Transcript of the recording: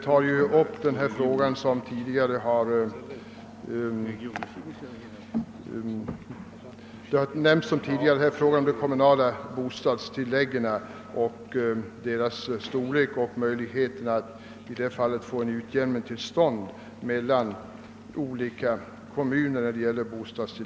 Motionerna tar bl.a. upp de kommunala bostadstilläggens storlek och möjligheterna att få en utjämning till stånd mellan olika kommuner.